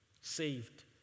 Saved